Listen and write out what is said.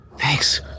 Thanks